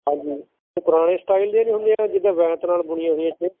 ਹਾਂਜੀ ਪੁਰਾਣੇ ਸਟਾਈਲ ਦੀਆਂ ਨਹੀਂ ਹੁੰਦੀਆਂ ਜਿੱਦਾਂ ਬੈਂਤ ਨਾਲ ਬੁਣੀਆ ਹੋਈਆਂ ਚੇਅਰਸ